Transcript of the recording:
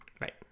right